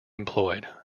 employed